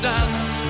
dance